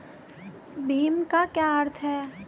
भीम का क्या अर्थ है?